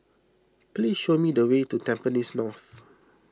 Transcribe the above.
please show me the way to Tampines North